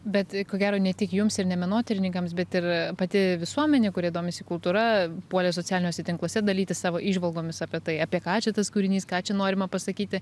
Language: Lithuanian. bet ko gero ne tik jums ir ne menotyrininkams bet ir pati visuomenė kuri domisi kultūra puolė socialiniuose tinkluose dalytis savo įžvalgomis apie tai apie ką čia tas kūrinys ką čia norima pasakyti